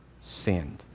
sinned